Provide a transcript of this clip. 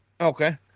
Okay